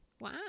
Wow